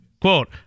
Quote